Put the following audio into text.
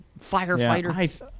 firefighters